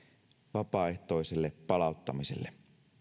vapaaehtoiselle palauttamiselle